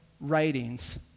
writings